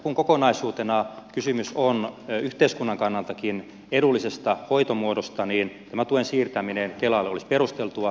kun kokonaisuutena kysymys on yhteiskunnankin kannalta edullisesta hoitomuodosta tämä tuen siirtäminen kelalle olisi perusteltua